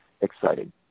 exciting